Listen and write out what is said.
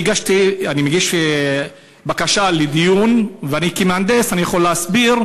אני מגיש בקשה לדיון ואני כמהנדס יכול להסביר